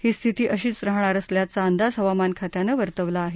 ही स्थिती अशी राहणार असल्याचा अंदाज हवामान खात्यानं वर्तवला आहे